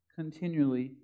continually